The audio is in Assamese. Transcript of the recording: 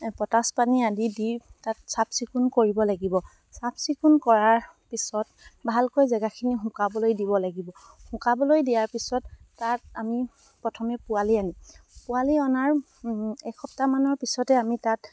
পটাচ পানী আদি দি তাত চাফ চিকুণ কৰিব লাগিব চাফ চিকুণ কৰাৰ পিছত ভালকৈ জেগাখিনি শুকাবলৈ দিব লাগিব শুকাবলৈ দিয়াৰ পিছত তাত আমি প্ৰথমে পোৱালি আনি পোৱালি অনাৰ এসপ্তাহমানৰ পিছতে আমি তাত